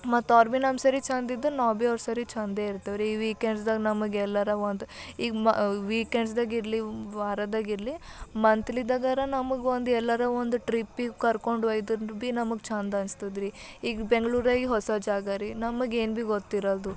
ಮತ್ತು ಅವ್ರು ಬಿ ನಮ್ಮ ಸರಿ ಛಂದ್ ಇದ್ರೆ ನಾವು ಬಿ ಅವ್ರ ಸರಿ ಛಂದೇ ಇರ್ತೆವು ರೀ ಈ ವೀಕೆಂಡ್ಸ್ದಾಗೆ ನಮಗೆ ಎಲ್ಲರ ಒಂದು ಈಗ ಮ ವೀಕೆಂಡ್ಸ್ದಗಿರಲಿ ವಾರದಗಿರಲಿ ಮಂತ್ಲಿದಗರ ನಮಗೆ ಒಂದು ಎಲ್ಲರ ಒಂದು ಟ್ರಿಪ್ಪಿಗೆ ಕರ್ಕೊಂಡೋಯ್ತಂದ್ರೆ ಬಿ ನಮಗೆ ಛಂದ್ ಅನಿಸ್ತದ್ ರೀ ಈಗ ಬೆಂಗಳೂರೈ ಹೊಸ ಜಾಗ ರೀ ನಮಗೆ ಏನು ಬಿ ಗೊತ್ತಿರಲ್ದು